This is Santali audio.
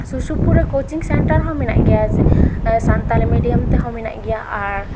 ᱥᱩᱨ ᱥᱩᱯᱩᱨ ᱨᱮ ᱠᱳᱪᱤᱝ ᱥᱮᱱᱴᱟᱨ ᱦᱚᱸ ᱢᱮᱱᱟᱜ ᱜᱮᱭᱟ ᱡᱮ ᱥᱟᱱᱛᱟᱲᱤ ᱢᱤᱰᱤᱭᱟᱢ ᱛᱮᱦᱚᱸ ᱢᱮᱱᱟᱜ ᱜᱮᱭᱟ ᱟᱨ